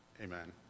Amen